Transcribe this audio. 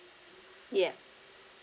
yeah